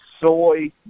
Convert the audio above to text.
soy